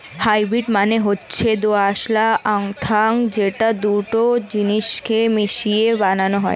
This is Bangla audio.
হাইব্রিড মানে হচ্ছে দোআঁশলা অর্থাৎ যেটা দুটো জিনিস কে মিশিয়ে বানানো হয়